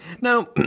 Now